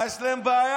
עם מה יש להם בעיה?